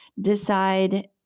decide